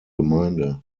gemeinde